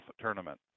tournament